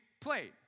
played